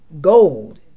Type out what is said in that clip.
gold